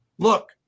look